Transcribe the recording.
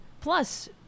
plus